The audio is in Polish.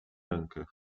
rękę